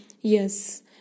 yes